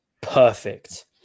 perfect